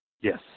Yes